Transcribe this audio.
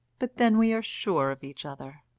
but then we are sure of each other.